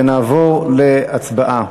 ונעבור להצבעה.